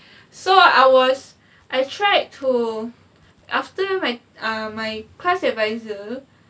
so I was I tried to after my err my class advisor though